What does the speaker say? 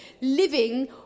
living